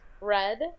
Red